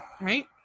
right